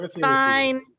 Fine